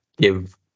give